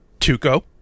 Tuco